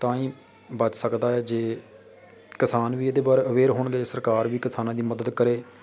ਤਾਂ ਹੀ ਬਚ ਸਕਦਾ ਹੈ ਜੇ ਕਿਸਾਨ ਵੀ ਇਹਦੇ ਬਾਰੇ ਅਵੇਅਰ ਹੋਣਗੇ ਸਰਕਾਰ ਵੀ ਕਿਸਾਨਾਂ ਦੀ ਮਦਦ ਕਰੇ